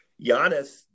Giannis